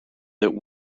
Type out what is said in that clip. that